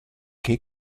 che